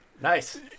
Nice